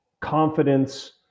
confidence